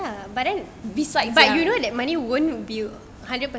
ya but then beside but you know that money won't be hundred percent